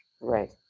Right